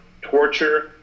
torture